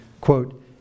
quote